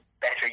better